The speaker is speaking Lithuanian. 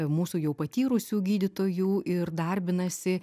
mūsų jau patyrusių gydytojų ir darbinasi